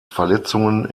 verletzungen